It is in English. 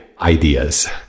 ideas